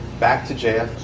back to j f.